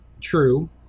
True